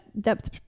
depth